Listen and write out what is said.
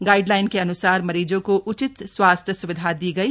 guideline के अन्सार मरीजों को उचित स्वस्थ स्विधा दी गयी